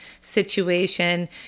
situation